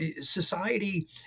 society